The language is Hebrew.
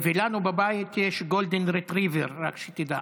ולנו בבית יש גולדן רטריבר, רק שתדע.